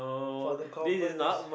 for the conversation